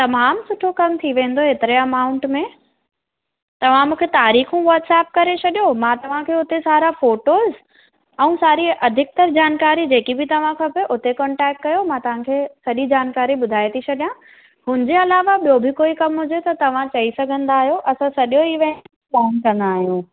तमामु सुठो कमु थी वेंदो एतिरे अमाउंट में तव्हां मूंखे तारीखूं व्हॉट्सएप करे छॾियो मां तव्हांखे उते सारा फोटोस आऊं सारी अधिकतर जानकारी जेकी बि तव्हां खपे उते कॉटेक्ट कयो मां तव्हांखे सॼी जानकारी ॿुधाए थी छॾियां उनजे अलावा ॿियो बि कोई कमु हुजे त तव्हां चई सघंदा आहियो असां सॼो ईवेंट स्पांड कंदा आहियूं